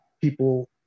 people